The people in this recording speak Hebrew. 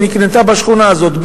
שנקנתה בשכונה הזאת,